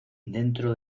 dentro